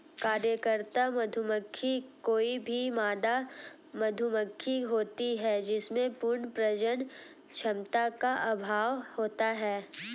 कार्यकर्ता मधुमक्खी कोई भी मादा मधुमक्खी होती है जिसमें पूर्ण प्रजनन क्षमता का अभाव होता है